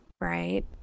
right